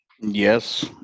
Yes